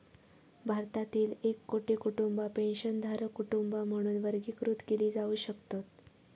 भारतातील एक कोटी कुटुंबा पेन्शनधारक कुटुंबा म्हणून वर्गीकृत केली जाऊ शकतत